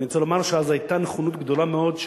אבל אני רוצה לומר שאז היתה נכונות גדולה מאוד,